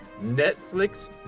Netflix